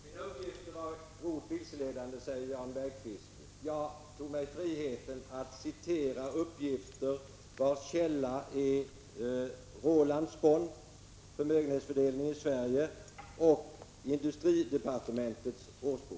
Herr talman! Mina uppgifter är grovt vilseledande, säger Jan Bergqvist. Jag tog mig friheten att citera uppgifter vars källor är Roland Spånts Förmögenhetsfördelningen i Sverige och industridepartementets årsbok.